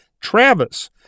Travis